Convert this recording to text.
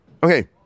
Okay